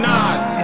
Nas